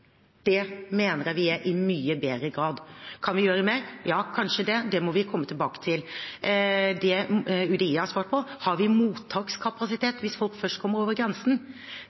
Det mener jeg vi i mye større grad er. Kan vi gjøre mer? Ja, kanskje det – det må vi komme tilbake til. Det UDI har svart på, er om vi har mottakskapasitet hvis folk først kommer over grensen.